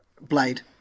Blade